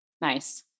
Nice